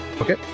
Okay